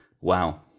wow